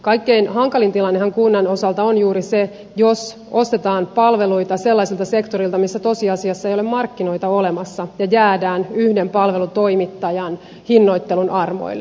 kaikkein hankalin tilannehan kunnan osalta on juuri se jos ostetaan palveluita sellaiselta sektorilta missä tosiasiassa ei ole markkinoita olemassa ja jäädään yhden palvelutoimittajan hinnoittelun armoille